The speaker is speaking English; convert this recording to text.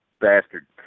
bastard